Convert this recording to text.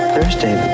Thursday